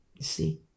see